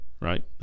right